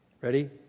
Ready